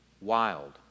wild